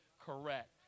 Correct